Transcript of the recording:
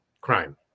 crime